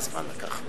בדרך כלל, בכל,